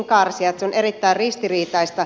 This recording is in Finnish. se on erittäin ristiriitaista